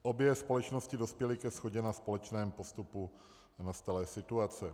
Obě společnosti dospěly ke shodě na společném postupu nastalé situace.